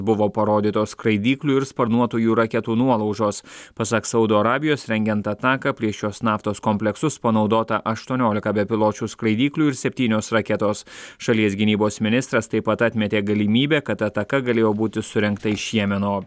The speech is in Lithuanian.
buvo parodytos skraidyklių ir sparnuotųjų raketų nuolaužos pasak saudo arabijos rengiant ataką prieš šios naftos kompleksus panaudota aštuoniolika bepiločių skraidyklių ir septynios raketos šalies gynybos ministras taip pat atmetė galimybę kad ataka galėjo būti surengta iš jemeno